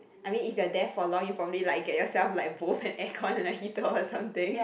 I mean if you're there for long you probably like get yourself like both an aircon or heater or something